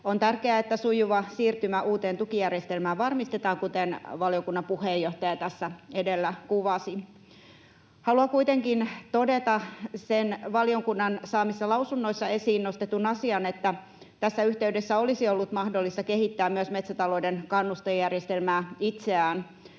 On tärkeää, että sujuva siirtymä uuteen tukijärjestelmään varmistetaan, kuten valiokunnan puheenjohtaja tässä edellä kuvasi. Haluan kuitenkin todeta sen valiokunnan saamissa lausunnoissa esiin nostetun asian, että tässä yhteydessä olisi ollut mahdollista kehittää myös metsätalouden kannustejärjestelmää itseään.